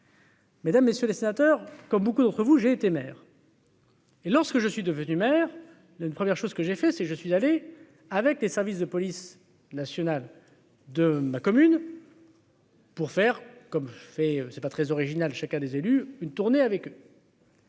Mesdames, messieurs les sénateurs, comme beaucoup d'entre vous, j'ai été maire. Et lorsque je suis devenu maire d'une première chose que j'ai fait, c'est, je suis allé avec les services de police nationale de ma commune. Pour faire comme fait c'est pas très original, chacun des élus, une tournée avec.